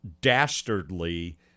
dastardly